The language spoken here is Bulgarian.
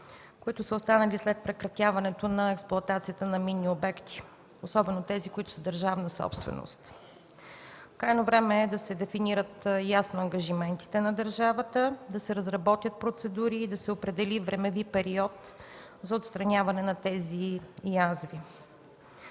които са останали след прекратяването на експлоатацията на минни обекти, особено тези, които са държавна собственост. Крайно време е да се дефинират ясно ангажиментите на държавата, да се разработят процедури и да се определи времеви период за отстраняване на тези язви.